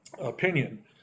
opinion